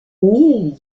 mille